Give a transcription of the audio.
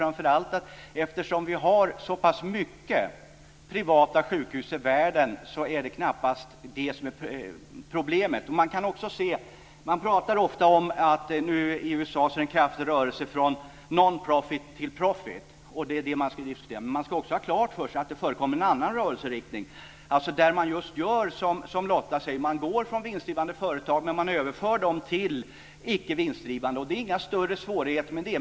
Eftersom det finns så många privata sjukhus i världen tror jag knappast att det är det som är problemet. Man pratar ofta om att det nu i USA är en kraftig rörelse från non-profit till profit. Men man ska också ha klart för sig att det förekommer en annan rörelseriktning där man just gör som Lotta Nilsson Hedström säger, dvs. man går från vinstdrivande företag och överför dem till icke vinstdrivande. Det finns inga större svårigheter med det.